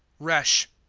resh.